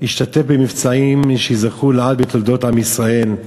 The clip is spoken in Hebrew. השתתף במבצעים שייזכרו לעד בתולדות עם ישראל,